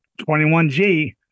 21G